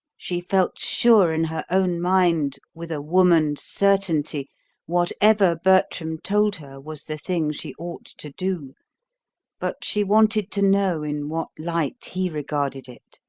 she felt sure in her own mind with a woman's certainty whatever bertram told her was the thing she ought to do but she wanted to know in what light he regarded it.